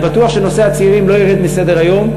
אני בטוח שנושא הצעירים לא ירד מסדר-היום,